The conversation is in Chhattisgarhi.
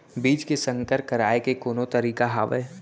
बीज के संकर कराय के कोनो तरीका हावय?